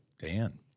Dan